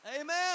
Amen